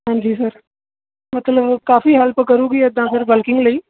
ਹਾਂਜੀ ਸਰ ਮਤਲਬ ਕਾਫੀ ਹੈਲਪ ਕਰੂਗੀ ਇੱਦਾਂ ਫਿਰ ਬਲਕਿੰਗ ਲਈ